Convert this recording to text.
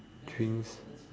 drinks